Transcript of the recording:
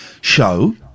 show